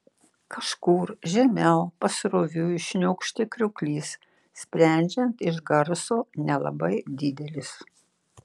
kažkur žemiau pasroviui šniokštė krioklys sprendžiant iš garso nelabai didelis